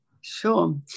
Sure